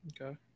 Okay